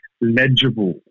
legible